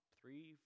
three